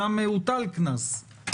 שם הוטל קנס.